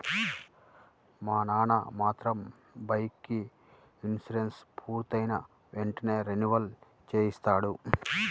మా నాన్న మాత్రం బైకుకి ఇన్సూరెన్సు పూర్తయిన వెంటనే రెన్యువల్ చేయిస్తాడు